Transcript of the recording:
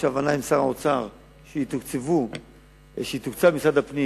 יש הבנה עם שר האוצר שמשרד הפנים